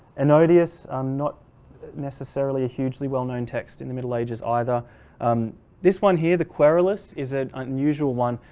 ennodius, i'm not necessarily a hugely well-known text in the middle ages either um this one here the querolus is an unusual one.